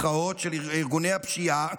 של ארגוני הפשיעה